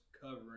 covering